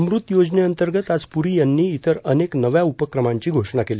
अमृत योजनेअंतर्गत आज पुरी यांनी इतर अनेक नव्या उपक्रमांची घोषणा केली